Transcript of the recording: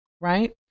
right